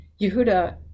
Yehuda